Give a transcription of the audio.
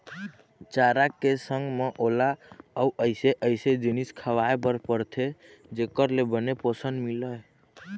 चारा के संग म ओला अउ अइसे अइसे जिनिस खवाए बर परथे जेखर ले बने पोषन मिलय